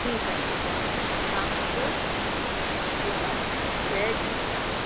ठीकु आहे ठीकु आहे तव्हां अचो ठीकु आहे जय झूलेलाल